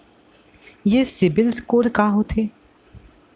ये सिबील स्कोर का होथे?